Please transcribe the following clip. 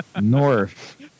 North